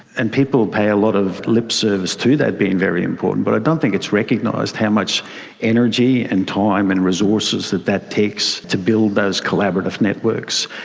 and people pay a lot of lip service to that being very important. but i don't think it's recognised how much energy and time and resources that that takes to build those collaborative networks.